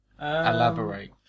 Elaborate